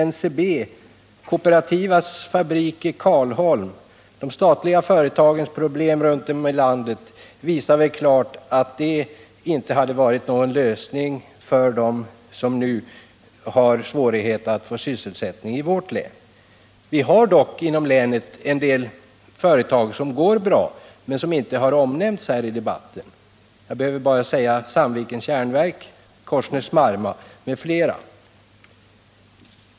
NCB, kooperationens fabrik i Karlholm och de statliga företagens problem runt om i landet visar väl klart att sådana företag inte varit någon lösning för dem som nu har svårt att få sysselsättning i vårt län. Vi har dock inom länet en del företag som går bra men som inte omnämnts i debatten. Jag behöver bara nämna Sandvik AB, Korsnäs-Marma m.fl.